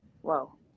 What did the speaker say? Whoa